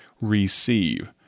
receive